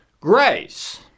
grace